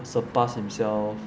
surpass himself